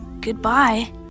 goodbye